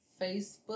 Facebook